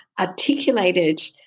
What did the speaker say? articulated